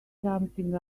something